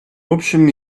общем